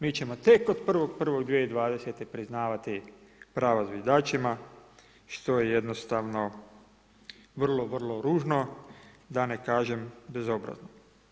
Mi ćemo tek od 1.1.2020. priznavati prava zviždačima što je jednostavno vrlo, vrlo ružno, da ne kažem bezobrazno.